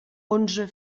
onze